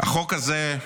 החוק הזה,